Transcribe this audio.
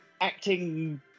acting